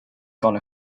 gonna